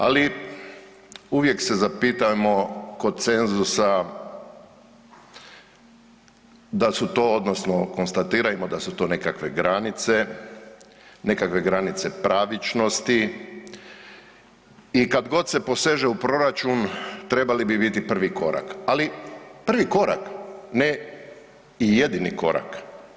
Ali uvijek se zapitajmo kod cenzusa da su to odnosno konstatirajmo da su to nekakve granice, nekakve granice pravičnosti i kad god se poseže u proračun trebali bi biti korak, ali prvi korak ne i jedini korak.